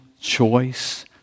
choice